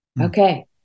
Okay